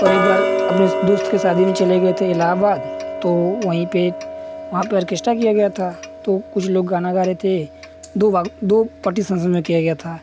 और एक बार अपने दोस्त की शादी में चले गए थे इलाहाबाद तो वहीं पर वहाँ पर ऑर्केस्टा किया गया था तो कुछ लोग गाना गा रहे थे दो भाग दो पार्टीशन्स में किया गया था